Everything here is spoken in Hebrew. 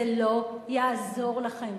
זה לא יעזור לכם,